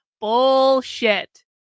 Bullshit